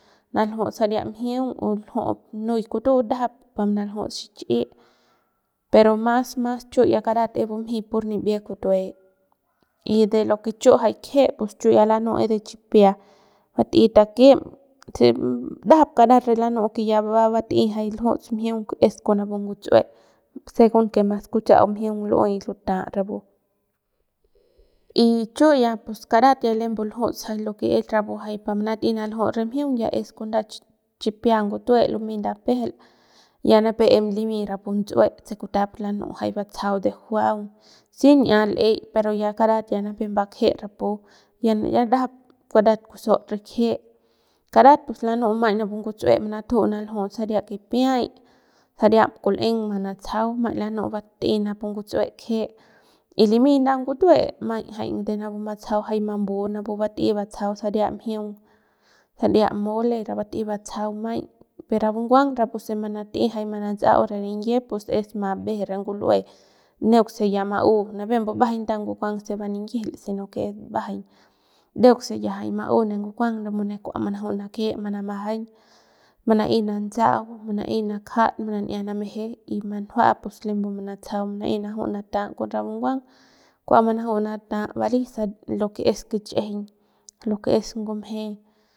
Naljuts saria mjiung o lju'u nuy kutu ndajap pa manal juts xichi pero mas mas chu ya karat ya es bumjey pur nibie kutue y de lo que chu jay kje'e chu ya lanu'u es de chipia bat'ey takem se ndajap kara re lanu'u va bat'ey jay ljuts mjiung es con napu ngutsu'e según que mas kutsa'au mjiung lu'uey luta rapu y chu ya pus karat lembu ya lujuts jay lo que es rapu jay lo que manat'ey naljuts re mjiung ya es con sania chipia ngutue lumey ndapejel ya nipep em limy rapu nduts'ue se kutap lanu'u jay batsajau de juaung si n'ia l'ey pero ya karat ya nipep mbakje rapu ya ya ndajap karat kusaut re kje karat pus lanu'u maiñ napu nguts'ue manatju'u manaljuts saria kipiay saria kul'eng manatsajau maiñ lanu'u bat'ey napu nguts'ue kje y limy nda ngutue maiñ jay de napu batsajau de mamu napu bat'ey batsajau saria mjiung saria mole rapu bat'ey batsajau maiñ pero rapu nguang se manat'ey manantsa'au ne ninyie pues es ma beje re ngul'ue neuk se ya ma'u nipep mbubajaiñ neuk se va ninyijil neuk se ya ma'u napu ne kua manaju'u manake manamajaiñ mana'ey natsa'au mana'ey nakjat mana'ia nameje y manjua pus lembu manatsajau mana'ey manaju'u nata'a con rapu nguang kua manaju nata'a bali sa lo que es kich'ijiñ lo que es ngumje.